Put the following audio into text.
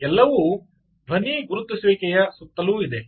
ಎಲ್ಲವೂ ಧ್ವನಿ ಗುರುತಿಸುವಿಕೆಯ ಸುತ್ತಲೂ ಇದೆ